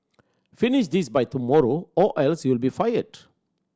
finish this by tomorrow or else you'll be fired